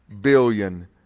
billion